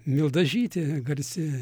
mildažytė garsi